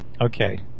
Okay